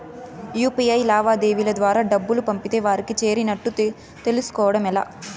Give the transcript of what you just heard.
UPI లావాదేవీల ద్వారా డబ్బులు పంపితే వారికి చేరినట్టు తెలుస్కోవడం ఎలా?